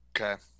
Okay